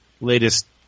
latest